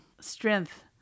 strength